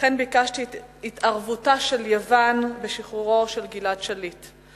וכן ביקשתי את התערבותה של יוון לשחרורו של גלעד שליט.